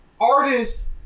artists